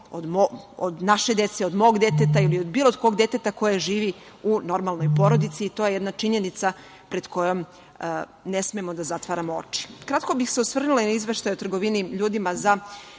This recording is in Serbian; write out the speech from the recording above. od naše dece, od mog deteta ili od bilo kog deteta koje živi u normalnoj porodici. To je jedna činjenica pred kojom ne smemo da zatvaramo oči. Kratko bih se osvrnula i na izveštaj o trgovini ljudima za